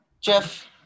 Jeff